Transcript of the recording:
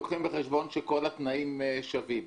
לוקחים בחשבון שכל התנאים שווים.